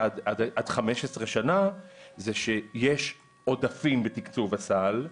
עד 15 שנים - זה שיש עודפים בתקצוב הסל,